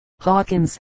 Hawkins